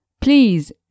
please